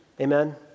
Amen